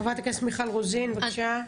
חה"כ מיכל רוזין, בבקשה.